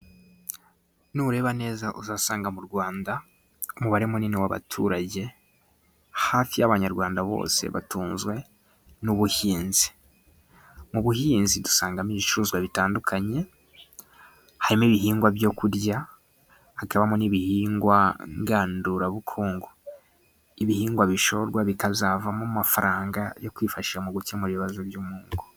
Nureba neza uzasanga mu Rwanda, umubare munini w'abaturage hafi y'Abanyarwanda bose ,batunzwe n'ubuhinzi ,mu buhinzi dusangamo ibicuruzwa bitandukanye ,harimo ibihingwa byo kurya, hakabamo n'ibihingwa ngandurabukungu, ibihingwa bishorwa ,bikazavamo amafaranga yo kwifashashi mu gukemura ibibazo byo mu ngo.